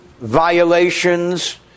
violations